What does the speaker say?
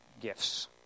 gifts